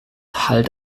halt